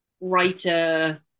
writer